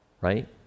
right